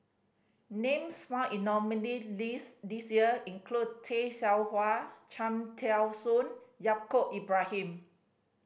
names found in nominee' list this year include Tay Seow Huah Cham Tao Soon and Yaacob Ibrahim